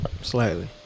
Slightly